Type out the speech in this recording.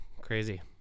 Crazy